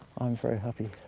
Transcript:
i'm very happy.